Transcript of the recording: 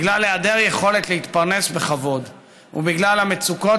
בגלל היעדר יכולת להתפרנס בכבוד ובגלל המצוקות